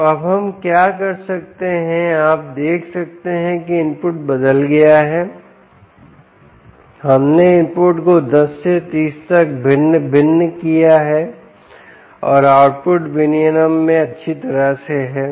तो अब हम क्या कर सकते हैं आप देख सकते हैं कि इनपुट बदल गया है हमने इनपुट को 10 से 30 तक भिन्न भिन्न किया है और आउटपुट विनियमन में अच्छी तरह से है